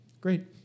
Great